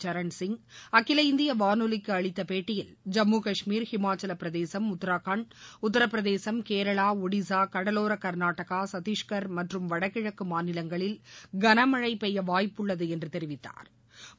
சரண்சிங் அகில இந்திய வானொலிக்கு அளித்த பேட்டியில் ஜம்மு கஷ்மீா ஹிமாச்சலப்பிரதேசம் உத்தரகாண்ட் உத்தரப்பிரதேசம் கேரளா ஒடிசா கடலோர க்நாடகா சத்தஷ்கா் மற்றும் வடகிழக்கு மாநிலங்களில் கனமழை பெய்ய வாய்ப்புள்ளது என்று தெரிவித்தாா்